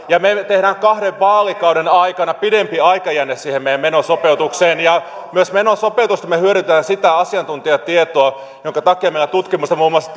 ja me me teemme kahden vaalikauden aikana on pidempi aikajänne siinä meidän menosopeutuksessa myös menosopeutuksessa me hyödynnämme sitä asiantuntijatietoa jonka takia muun muassa